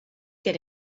get